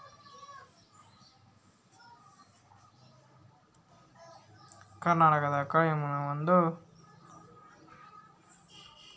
hot list ಅಂಬಾದು credit ಕಾರ್ಡುಗುಳ್ನ ಕಳುವು ಇಲ್ಲ ಕ್ಯಾನ್ಸಲ್ ಮಾಡಿದ ಇಲ್ಲಂದ್ರ ಯಾವ್ದನ ರೀತ್ಯಾಗ ರಾಜಿ ಮಾಡಿದ್ ಪಟ್ಟಿ